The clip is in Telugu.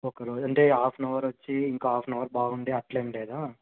ఒక్కరోజు అంటే హాఫ్ అండ్ అవర్ వచ్చి ఇంకా హాఫ్ అండ్ అవర్ బాగుండి అట్లా ఏమి లేదా